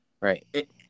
Right